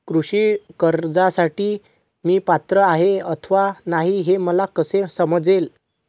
कृषी कर्जासाठी मी पात्र आहे अथवा नाही, हे मला कसे समजेल?